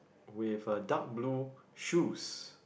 with a dark blue shoes